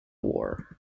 war